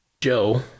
Joe